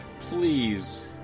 please